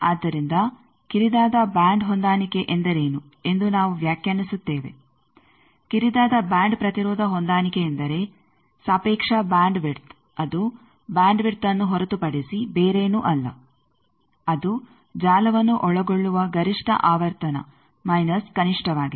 ಆದ್ದರಿಂದ ಕಿರಿದಾದ ಬ್ಯಾಂಡ್ ಹೊಂದಾಣಿಕೆ ಎಂದರೇನು ಎಂದು ನಾವು ವ್ಯಾಖ್ಯಾನಿಸುತ್ತೇವೆ ಕಿರಿದಾದ ಬ್ಯಾಂಡ್ ಪ್ರತಿರೋಧ ಹೊಂದಾಣಿಕೆ ಎಂದರೆ ಸಾಪೇಕ್ಷ ಬ್ಯಾಂಡ್ ವಿಡ್ತ್ ಅದು ಬ್ಯಾಂಡ್ ವಿಡ್ತ್ಅನ್ನು ಹೊರತುಪಡಿಸಿ ಬೇರೇನೂ ಅಲ್ಲ ಅದು ಜಾಲವನ್ನು ಒಳಗೊಳ್ಳುವ ಗರಿಷ್ಠ ಆವರ್ತನ ಮೈನಸ್ ಕನಿಷ್ಟವಾಗಿದೆ